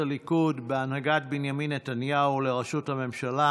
מינוי שופטים לבית המשפט העליון וקציבת כהונתם),